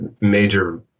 major